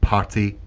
Party